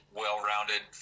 well-rounded